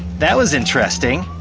that was interesting.